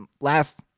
last